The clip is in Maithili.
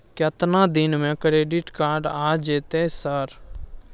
केतना दिन में क्रेडिट कार्ड आ जेतै सर?